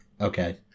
Okay